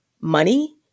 money